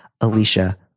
Alicia